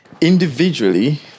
Individually